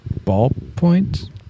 ballpoint